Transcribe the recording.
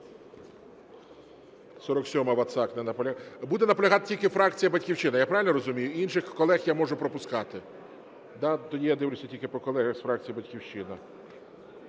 47-а, Вацак. Не наполягає. Буде наполягати тільки фракція "Батьківщина". Я правильно розумію, інших колег я можу пропускати? Так, тоді я дивлюся тільки по колегах з фракції "Батьківщина".